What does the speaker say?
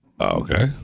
Okay